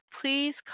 please